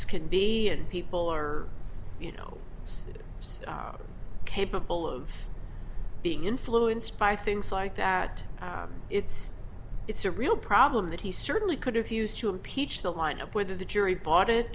lineups can be and people are you know capable of being influenced by things like that it's it's a real problem that he certainly could have used to impeach the lineup whether the jury bought it